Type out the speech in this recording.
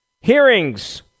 Hearings